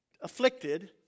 afflicted